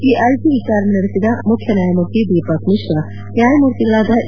ಈ ಅರ್ಜಿ ವಿಚಾರಣೆ ನಡೆಸಿದ ಮುಖ್ಯ ನ್ವಾಯಮೂರ್ತಿ ದೀಪಕ್ ಮಿಶ್ರಾ ನ್ವಾಯಮೂರ್ತಿಗಳಾದ ಎ